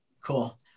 Cool